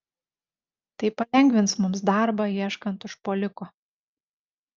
tai palengvins mums darbą ieškant užpuoliko